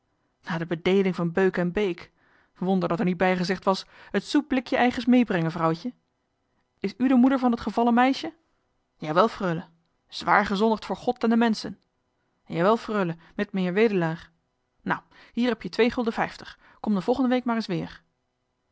naar de bedeeling van beuk en beek wonder dat er niet bijgezegd was et soepblikje eige's meebrengen vrouwtje is u de moeder van dat gevallen meisje jawel frulle zwaar gezondigd voor god en de menschen jawel frulle mit meheer wedelaar nou hier heb je twee gulden vijftig kom de volgende week maar eens weer